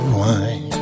wine